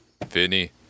Vinny